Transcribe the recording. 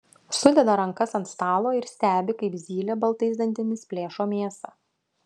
sudeda rankas ant stalo ir stebi kaip zylė baltais dantimis plėšo mėsą